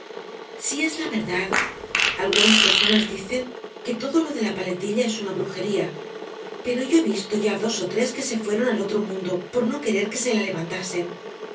si es la verdad algunas personas dicen que todo lo de la paletilla es una brujería pero yo he visto ya dos ó tres que se fueron al otro mundo por no querer que se la levantasen